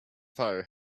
fire